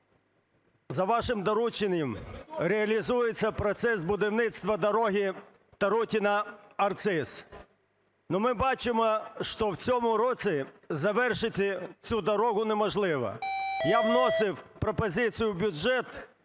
За вашим дорученням реалізується процес будівництва дороги Тарутине–Арциз. Ну ми бачимо, що в цьому році завершити цю дорогу неможливо, я вносив пропозицію в бюджет,